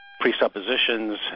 presuppositions